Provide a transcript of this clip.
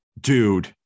Dude